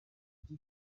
iki